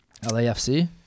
LAFC